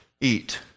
eat